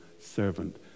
servant